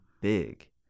big